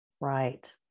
Right